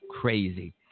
crazy